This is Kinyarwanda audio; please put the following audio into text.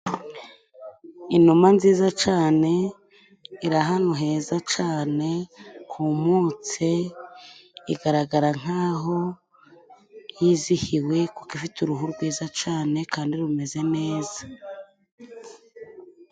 Inuma nziza cane, iri ahantu heza cane, humutse, igaragara nk'aho yizihiwe , kuko ifite uruhu rwiza cane kandi rumeze neza.